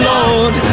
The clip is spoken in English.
Lord